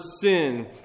sin